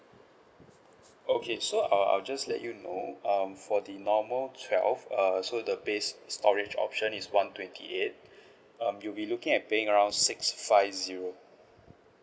okay so err I'll just let you know um for the normal twelve err so the base storage option is one twenty eight um you're be looking at paying around six five zero